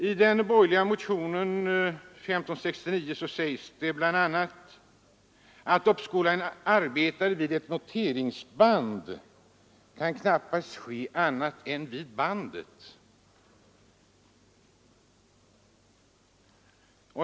I den borgerliga motionen 1569 sägs bl.a.:”Uppskolning av en arbetare till en annan befattning vid ett monteringsband kan knappast ske annat än vid bandet.